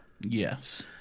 Yes